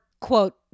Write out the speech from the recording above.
quote